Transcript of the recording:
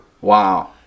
Wow